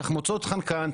תחמוצות חנקן,